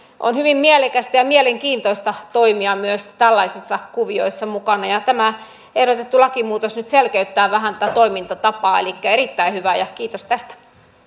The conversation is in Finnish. hyvin mielekästä ja mielenkiintoista toimia myös tällaisissa kuvioissa mukana tämä ehdotettu lakimuutos nyt selkeyttää vähän tätä toimintatapaa elikkä erittäin hyvä ja kiitos tästä